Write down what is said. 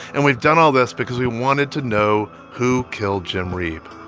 and we've done all this because we wanted to know who killed jim reeb.